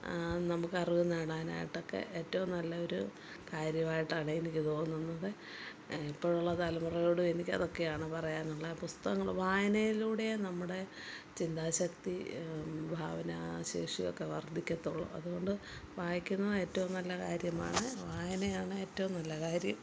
നമുക്ക് അറിവ് നേടാനായിട്ടൊക്കെ ഏറ്റോം നല്ലൊരു കാര്യമായിട്ടാണ് എനിക്ക് തോന്നുന്നത് ഇപ്പോഴുള്ള തലമുറയോട് എനിക്ക് അതൊക്കെയാണ് പറയാൻ ഉള്ളത് പുസ്തകങ്ങൾ വായനയിലൂടെ നമ്മുടെ ചിന്താശക്തി ഭാവനശേഷി ഒക്കെ വർദ്ധിക്കത്തുള്ളൂ അതുകൊണ്ട് വായിക്കുന്നത് ഏറ്റോം നല്ല കാര്യമാണ് വായനയാണ് ഏറ്റോം നല്ല കാര്യം